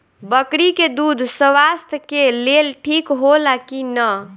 बकरी के दूध स्वास्थ्य के लेल ठीक होला कि ना?